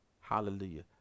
Hallelujah